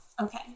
Okay